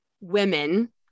women